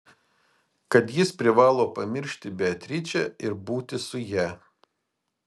kad jis privalo pamiršti beatričę ir būti su ja